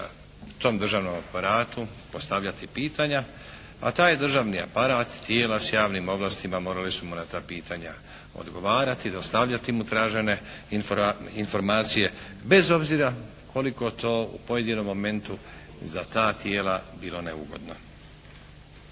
tom državnom aparatu postavljati pitanja, a taj je državni aparat, tijela s javnim ovlastima morali su mu na pitanja odgovarati, dostavljati mu tražene informacije bez obzira koliko to u pojedinom momentu za ta tijela bilo neugodno.